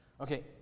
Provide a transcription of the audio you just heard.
Okay